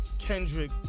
Kendrick